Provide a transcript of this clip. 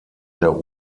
der